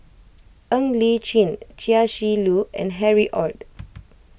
Ng Li Chin Chia Shi Lu and Harry Ord